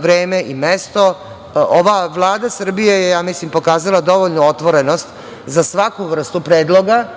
vreme i mesto. Ova Vlada Srbije je, ja mislim, pokazala dovoljnu otvorenost za svaku vrstu predloga,